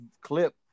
clip